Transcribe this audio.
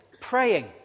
praying